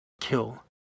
kill